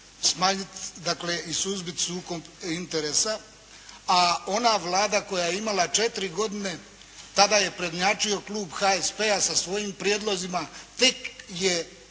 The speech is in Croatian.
smanjiti, dakle i suzbiti sukob interesa, a ona Vlada koja je imala četiri godine tada je prednjačio klub HSP-a sa svojim prijedlozima. Tek je